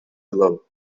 below